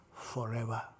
forever